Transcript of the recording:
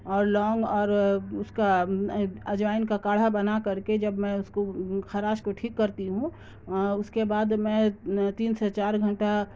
اور لونگ اور اس کا اجوائن کا کاڑھا بنا کر کے جب میں اس کو خراش کو ٹھیک کرتی ہوں اس کے بعد میں تین سے چار گھنٹہ